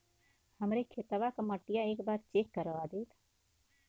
हमरे खेतवा क मटीया एक बार चेक करवा देत?